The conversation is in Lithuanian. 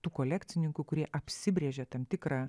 tų kolekcininkų kurie apsibrėžė tam tikrą